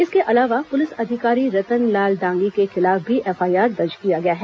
इसके अलावा पुलिस अधिकारी रतनलाल डांगी के खिलाफ भी एफआईआर दर्ज किया गया है